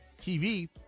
TV